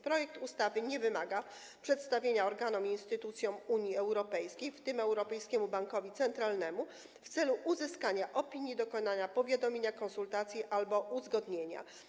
Projekt ustawy nie wymaga przedstawienia go organom i instytucjom Unii Europejskiej, w tym Europejskiemu Bankowi Centralnemu, w celu uzyskania opinii, dokonania powiadomienia, konsultacji albo uzgodnienia.